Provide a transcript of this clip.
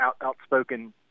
outspoken